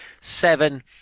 seven